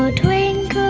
ah twinkle,